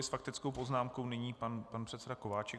S faktickou poznámkou nyní pan předseda Kováčik.